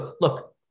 Look